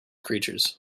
creatures